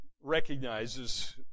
recognizes